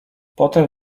potem